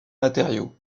matériaux